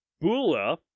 Bula